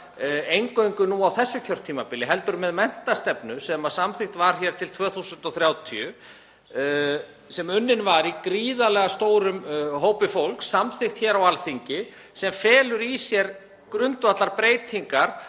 eingöngu nú á þessu kjörtímabili heldur með menntastefnu sem samþykkt var hér til 2030, sem unnin var í gríðarlega stórum hópi fólks, samþykkt hér á Alþingi, sem felur í sér grundvallarbreytingar